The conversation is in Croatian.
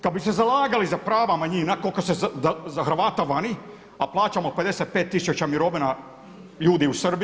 Kad bi se zalagali za prava manjina koliko se za Hrvata vani, a plaćamo 55000 mirovina ljudi u Srbiji.